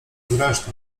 zresztą